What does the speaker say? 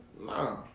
nah